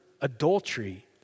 adultery